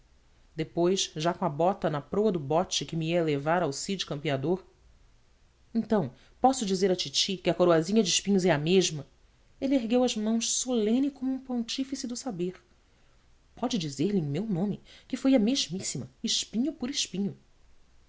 depois já com a bota na proa do bote que me ia levar ao cid campeador então posso dizer à titi que a coroazinha de espinhos é a mesma ele ergueu as mãos solene como um pontífice do saber pode dizer-lhe em meu nome que foi a mesmíssima espinho por espinho